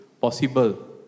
Possible